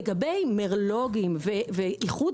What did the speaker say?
לגבי מרלו"גים ואיחוד